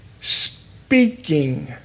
speaking